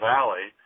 Valley